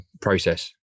process